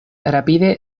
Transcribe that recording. rapide